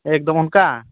ᱮᱠᱫᱚᱢ ᱚᱱᱠᱟ